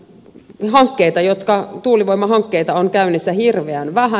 tiedämme että tuulivoimahankkeita on käynnissä hirveän vähän